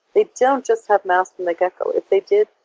they don't just have mass from the get-go. if they did,